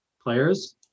players